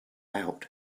out